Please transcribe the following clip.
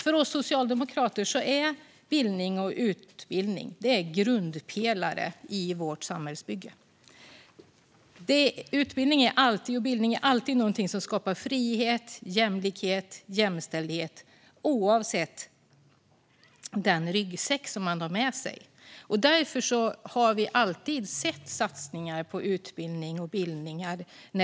För oss socialdemokrater är bildning och utbildning grundpelare i vårt samhällsbygge. Bildning och utbildning skapar frihet, jämlikhet och jämställdhet oavsett den ryggsäck man har med sig. Därför har socialdemokratiskt ledda regeringar alltid satsat på bildning och utbildning.